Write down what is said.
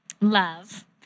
Love